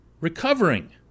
recovering